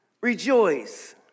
Rejoice